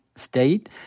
state